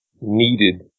needed